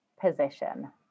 position